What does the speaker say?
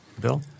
Bill